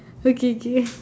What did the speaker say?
okay okay